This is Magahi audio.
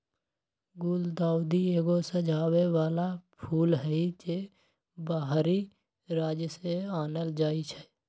गुलदाऊदी एगो सजाबे बला फूल हई, जे बाहरी राज्य से आनल जाइ छै